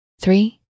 three